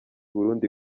burundi